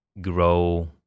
grow